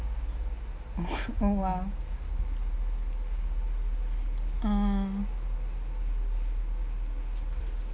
oh !wow! ah